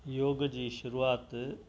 योग जी शुरूआत